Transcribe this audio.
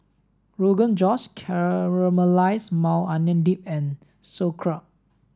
Rogan Josh Caramelized Maui Onion Dip and Sauerkraut